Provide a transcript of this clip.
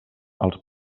els